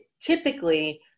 typically